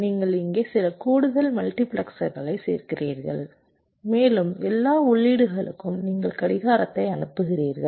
நீங்கள் இங்கே சில கூடுதல் மல்டிபிளெக்சர்களைச் சேர்க்கிறீர்கள் மேலும் எல்லா உள்ளீடுகளுக்கும் நீங்கள் கடிகாரத்தை அணுப்புகிறீர்கள்